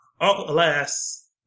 Alas